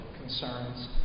concerns